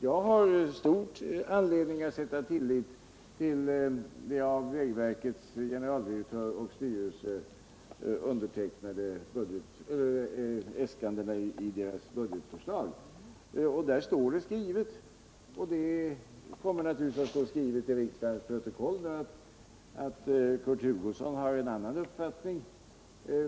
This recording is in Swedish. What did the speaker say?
Jag har stor anledning att sätta tillit till äskandena i det av vägverkets generaldirektör och styrelse undertecknade budgetförslaget. Det kommer naturligtvis att stå skrivet i riksdagens protokoll att Kurt Hugosson har en annan uppfattning.